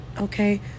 okay